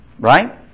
right